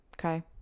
Okay